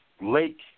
lake